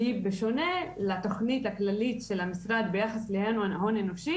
שהיא בשונה לתכנית הכללית של המשרד ביחס להון אנושי.